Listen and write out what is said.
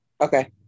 Okay